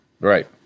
Right